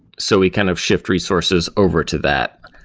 so we kind of shift resources over to that.